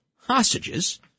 hostages